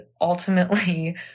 ultimately